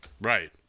Right